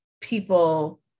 people